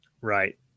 right